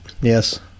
Yes